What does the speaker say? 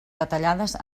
detallades